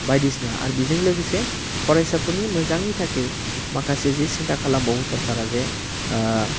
बायदिसिना आरो बेजों लोगोसे फरायसाफोरनि मोजांनि थाखै माखासे जि सिन्था खालामबावो सरकारा जे